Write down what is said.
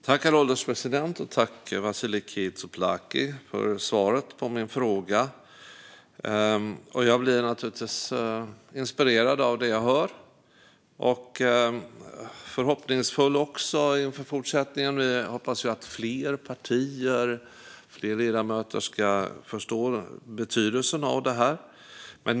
Herr ålderspresident! Jag tackar Vasiliki Tsouplaki för svaret på min fråga. Jag blir naturligtvis inspirerad av det som jag hör och också förhoppningsfull inför fortsättningen. Vi hoppas att fler partier och fler ledamöter ska förstå betydelsen av detta.